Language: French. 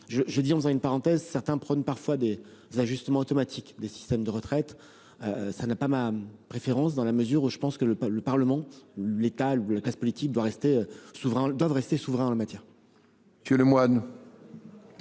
la question des leviers. Certains prônent parfois des ajustements automatiques du système de retraite. Cette solution n'a pas ma préférence, dans la mesure où je pense que le Parlement, l'État et la classe politique doivent rester souverains en la matière.